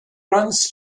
runs